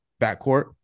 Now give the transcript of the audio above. backcourt